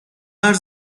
her